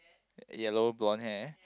yellow blonde hair